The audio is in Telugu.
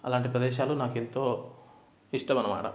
అలాంటి ప్రదేశాలు నాకు ఎంతో ఇష్టం అనమాట